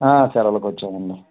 సెలవులకు వచ్చాం అండి